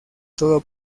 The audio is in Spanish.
todo